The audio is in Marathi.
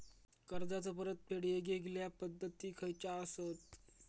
कर्जाचो परतफेड येगयेगल्या पद्धती खयच्या असात?